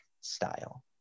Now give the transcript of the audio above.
style